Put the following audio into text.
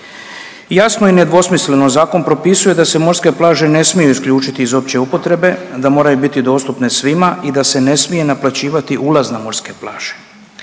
Jasno i nedvosmisleno zakon propisuje da se morske plaže ne smiju isključiti iz opće upotrebe, da moraju biti dostupne svima i da se ne smije naplaćivati ulaz na morske plaže.